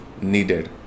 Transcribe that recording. needed